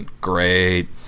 Great